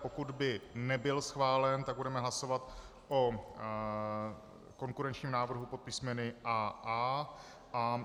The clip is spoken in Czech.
Pokud by nebyl schválen, tak budeme hlasovat o konkurenčním návrhu pod písmeny AA.